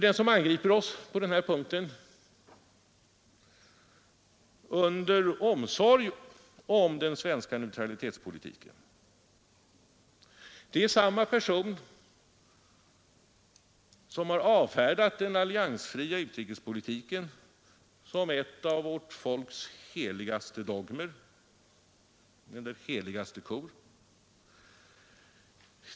Den som angriper regeringen på denna punkt med en föregiven omsorg om den svenska neutralitetspolitiken är nämligen samma person som har avfärdat den alliansfria utrikespolitiken såsom tillhörande vårt folks heligaste dogmer eller heligaste kor.